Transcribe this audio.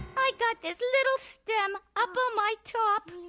i got this little stem up on my top.